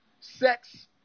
sex